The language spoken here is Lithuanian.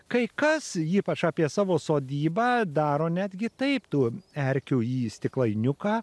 kai kas ypač apie savo sodybą daro netgi taip tų erkių į stiklainiuką